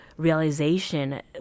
realization